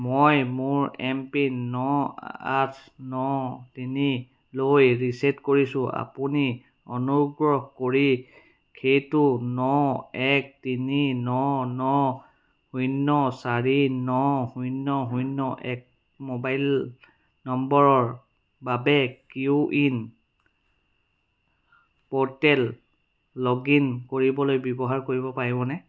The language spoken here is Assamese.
মই মোৰ এমপিন ন আঠ ন তিনি লৈ ৰিছেট কৰিছো আপুনি অনুগ্ৰহ কৰি সেইটো ন এক তিনি ন ন শূন্য চাৰি ন শূন্য শূন্য এক মোবাইল নম্বৰৰ বাবে কো ৱিন প'ৰ্টেলত লগ ইন কৰিবলৈ ব্যৱহাৰ কৰিব পাৰিবনে